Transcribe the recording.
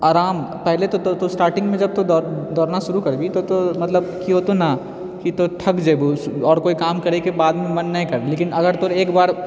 आराम पहिले तो स्टार्टिंगमे तों दौड़ना शुरू करबीही तब तऽ मतलब की होतौ ने की तौं थक जेबहूँ आओर कोई काम करैके बाद मन नहि करै लेकिन तोरा एक बार